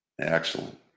Excellent